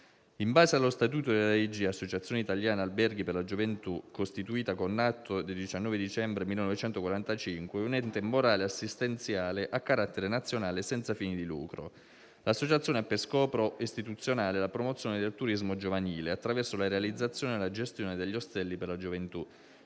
In base al suo statuto l'AIG (Associazione italiana alberghi per la gioventù), costituita con atto del 19 dicembre 1945, è un ente morale assistenziale a carattere nazionale senza fini di lucro. L'associazione ha per scopo istituzionale la promozione del turismo giovanile attraverso la realizzazione e la gestione degli ostelli per la gioventù